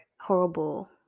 horrible